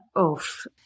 Oof